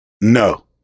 no